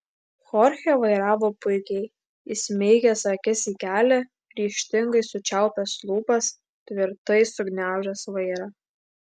chorchė vairavo puikiai įsmeigęs akis į kelią ryžtingai sučiaupęs lūpas tvirtai sugniaužęs vairą